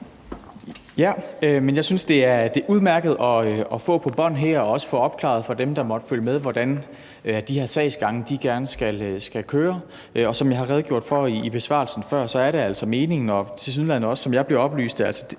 Jeg synes, det er udmærket at få det på bånd her og også få opklaret for dem, der måtte følge med, hvordan de her sagsgange gerne skal køre. Og som jeg har redegjort for i besvarelsen før, er det altså meningen og tilsyneladende også, som jeg bliver oplyst,